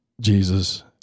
Jesus